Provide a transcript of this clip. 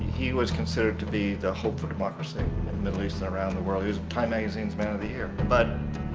he was considered to be the hope for democracy in the middle east and around the world. he was in time-magazine's man of the year. but.